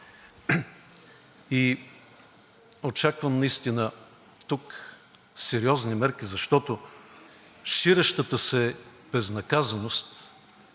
и очаквам наистина тук сериозни мерки, защото ширещата се безнаказаност